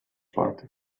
party